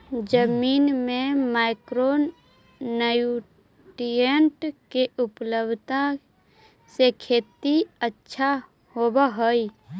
जमीन में micro nutrient के उपलब्धता से खेती अच्छा होब हई